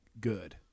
good